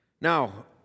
Now